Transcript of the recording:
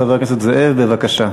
חבר הכנסת זאב, בבקשה.